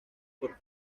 por